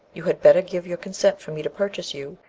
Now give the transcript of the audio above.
you had better give your consent for me to purchase you,